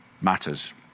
matters